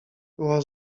była